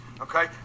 okay